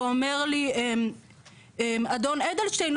ואומר לי אדון אדלשטיין,